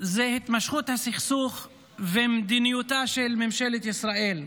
זה התמשכות הסכסוך ומדיניותה של ממשלת ישראל,